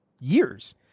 years